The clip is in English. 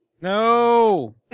No